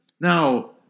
Now